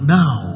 now